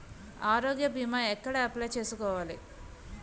ఆరోగ్య భీమా ఎక్కడ అప్లయ్ చేసుకోవాలి?